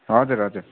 हजुर हजुर